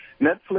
Netflix